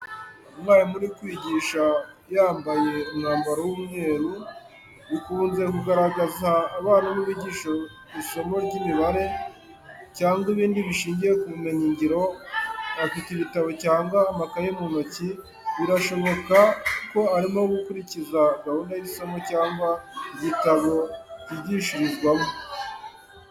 Umwarimu uri kwigisha yambaye umwambaro w'umweru, bikunze kugaragaza abarimu bigisha isomo ry’imibare, icyangwa ibindi bishingiye ku bumenyi-ngiro afite ibitabo cyangwa amakayi mu ntoki, birashoboka ko arimo gukurikiza gahunda y’isomo cyangwa igitabo cyigishirizwamo.